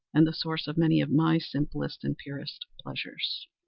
and the source of many of my simplest and purest pleasures.